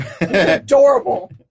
adorable